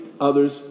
others